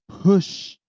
push